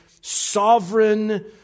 sovereign